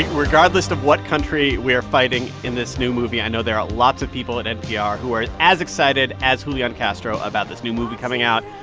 regardless of what country we are fighting in this new movie, i know there are lots of people at npr who are as excited as julian castro about this new movie coming out.